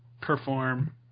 perform